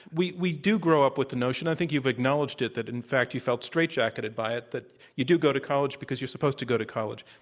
we we do grow up with the notion i think you've acknowledged it that in fact you felt straight-jacketed by it, that you do go to college because you're supposed to go to college.